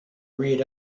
read